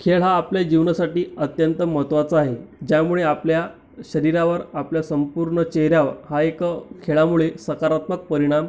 खेळ हा आपल्या जीवनासाठी अत्यंत महत्त्वाचा आहे ज्यामुळे आपल्या शरीरावर आपल्या संपूर्ण चेहऱ्यावर हा एक खेळामुळे सकारात्मक परिणाम